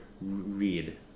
read